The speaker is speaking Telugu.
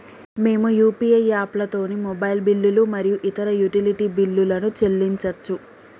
మేము యూ.పీ.ఐ యాప్లతోని మొబైల్ బిల్లులు మరియు ఇతర యుటిలిటీ బిల్లులను చెల్లించచ్చు